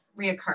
reoccur